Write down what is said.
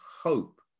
hope